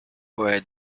where